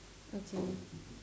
okay